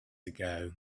ago